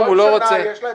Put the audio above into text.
בעד?